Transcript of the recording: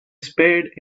spade